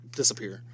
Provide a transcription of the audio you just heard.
disappear